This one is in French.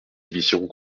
divisions